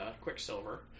Quicksilver